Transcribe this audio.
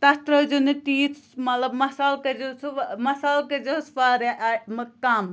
تَتھ ترٛٲۍ زیو نہٕ تیٖتھ مطلب مصالہٕ کٔرۍ زیو سُہ مصالہٕ کٔرۍ زہوس واریاہ کَم